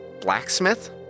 Blacksmith